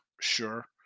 sure